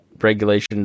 regulation